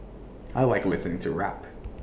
I Like listening to rap